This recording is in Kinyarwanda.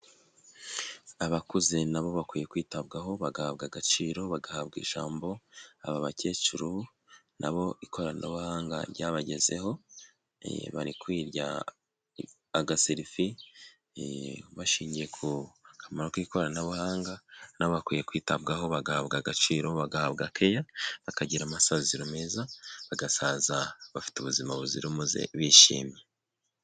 Abakuze nabo bakwiye kwitabwaho bagahabwa agaciro, bagahabwa ijambo. Aba bakecuru nabo ikoranabuhanga ryabagezeho bari kwirya aga selfi, bashingiye ku kamaro k'ikoranabuhanga nabo bakwiye kwitabwaho bagahabwa agaciro, bagahabwa care, bakagira amasaziro meza, bagasaza bafite ubuzima buzira umuze bishimye.